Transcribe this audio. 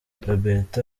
roberto